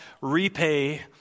repay